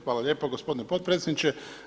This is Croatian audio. Hvala lijepa gospodine potpredsjedniče.